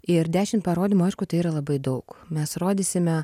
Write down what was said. ir dešim parodymų aišku tai yra labai daug mes rodysime